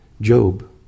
Job